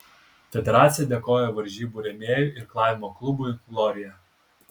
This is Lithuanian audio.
federacija dėkoja varžybų rėmėjui irklavimo klubui glorija